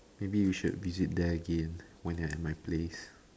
maybe you should visit there again when you're at my place